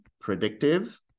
predictive